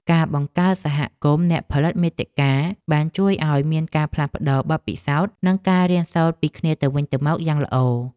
ការបង្កើតសហគមន៍អ្នកផលិតមាតិកាបានជួយឱ្យមានការផ្លាស់ប្តូរបទពិសោធន៍និងការរៀនសូត្រពីគ្នាទៅវិញទៅមកយ៉ាងល្អ។